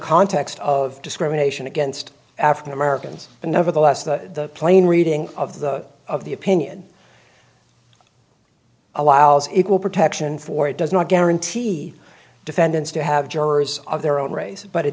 context of discrimination against african americans but nevertheless the plain reading of the of the opinion allows equal protection for it does not guarantee defendants to have jurors of their own race but it